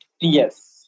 Yes